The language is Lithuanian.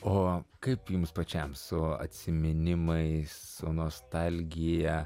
o kaip jum pačiam su atsiminimais su nostalgija